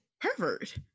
pervert